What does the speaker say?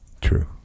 true